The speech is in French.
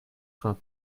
soins